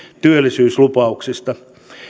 työllisyyslupauksista